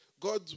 God